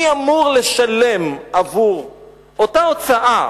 מי אמור לשלם עבור אותה הוצאה